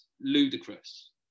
ludicrous